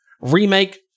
remake